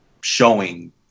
showing